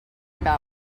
about